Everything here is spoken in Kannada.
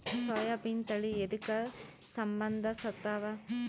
ಸೋಯಾಬಿನ ತಳಿ ಎದಕ ಸಂಭಂದಸತ್ತಾವ?